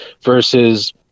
versus